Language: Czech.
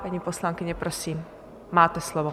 Paní poslankyně, prosím, máte slovo.